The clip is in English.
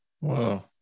Wow